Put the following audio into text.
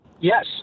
Yes